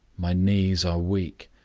my knees are weak,